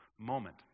moment